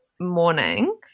morning